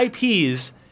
IPs